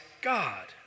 God